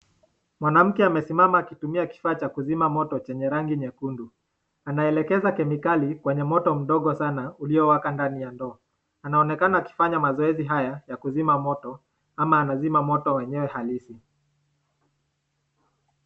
Mwanamke amesimama akitumia kifaa Cha kuzima moto chenye rangi nyekundu. Anaelekeza chemicali kwenye moto mdogo sana ulio waka kwenye ndoo. Anaonekana akifanya mazoezi yakuzima moto ama anazima moto enyewe halisi.